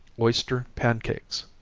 oyster pancakes.